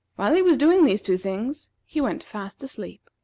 while he was doing these two things, he went fast asleep.